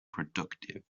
productive